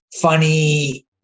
funny